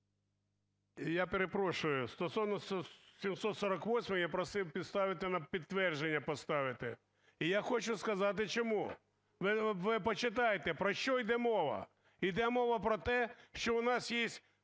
Я перепрошую, стосовно 748-ї я просив поставити, на підтвердження поставити. І я хочу сказати чому. Ви почитайте, про що йде мова. Йде мова про те, що у нас є